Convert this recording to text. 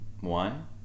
one